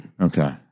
Okay